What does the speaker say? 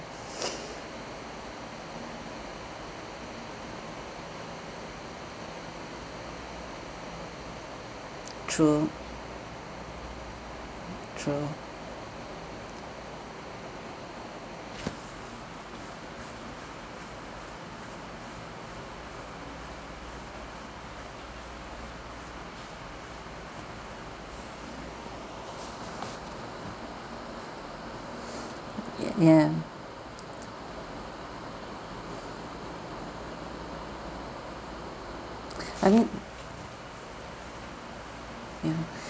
true true yeah I mean ya